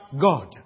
God